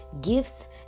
gifts